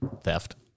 theft